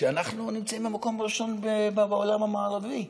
שאנחנו נמצאים במקום הראשון בעולם המערבי,